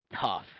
Tough